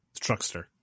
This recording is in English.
truckster